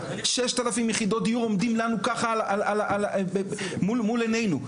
6,000 יחידות דיור עומדים לנו ככה מול עניינו,